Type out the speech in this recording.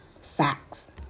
Facts